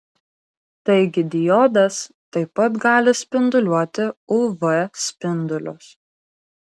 taigi diodas taip pat gali spinduliuoti uv spindulius